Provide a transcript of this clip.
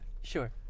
Sure